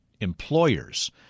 employers